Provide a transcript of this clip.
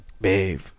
Babe